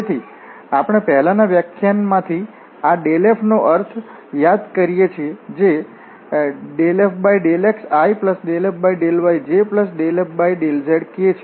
તેથી આપણે પહેલાનાં વ્યાખ્યાનમાંથી આ f નો અર્થ યાદ કરી શકીએ છીએ જે ∂f∂xi∂f∂yj∂f∂zk છે